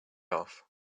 off